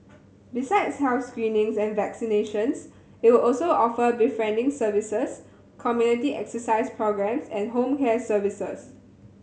besides health screenings and vaccinations it will also offer befriending services community exercise programmes and home care services